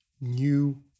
new